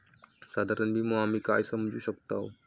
साधारण विमो आम्ही काय समजू शकतव?